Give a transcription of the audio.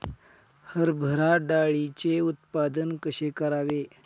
हरभरा डाळीचे उत्पादन कसे करावे?